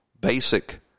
basic